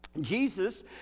Jesus